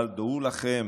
אבל דעו לכם,